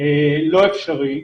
לא אפשרי.